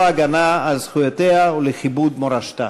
ההגנה על זכויותיה ולכיבוד מורשתה.